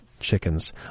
chickens